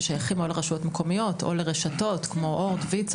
ששייכים או לרשויות מקומיות או לרשתות כמו אורט ו-ויצו.